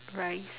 rice